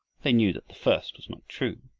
they knew that the first was not true,